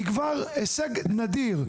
היא כבר הישג נדיר.